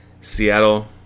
Seattle